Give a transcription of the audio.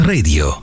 Radio